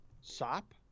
Sop